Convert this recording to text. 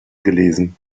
gelesen